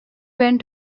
went